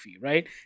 right